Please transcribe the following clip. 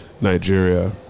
Nigeria